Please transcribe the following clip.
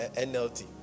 NLT